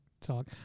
Talk